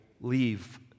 leave